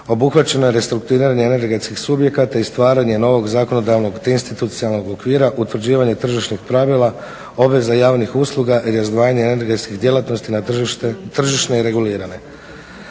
obuhvaćeno je restrukturiranje energetskih subjekata i stvaranje novog zakonodavnog te institucionalnog okvira, utvrđivanje tržišnih pravila, obveza javnih usluga i razdvajanje energetskih djelatnosti na tržišne i regulirane.